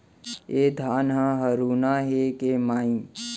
ए धान ह हरूना हे के माई?